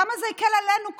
כמה זה הקל עלינו כהורים.